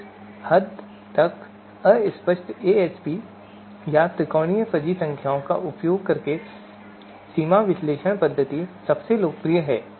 इस हद तक अस्पष्ट एएचपी या त्रिकोणीय फजी संख्याओं का उपयोग करके सीमा विश्लेषण पद्धति सबसे लोकप्रिय है